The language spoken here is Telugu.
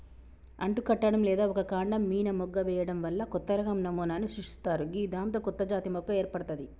అంటుకట్టడం లేదా ఒక కాండం మీన మొగ్గ వేయడం వల్ల కొత్తరకం నమూనాను సృష్టిస్తరు గిదాంతో కొత్తజాతి మొక్క ఏర్పడ్తది